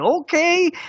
okay